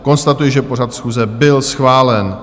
Konstatuji, že pořad schůze byl schválen.